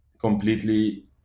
completely